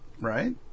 right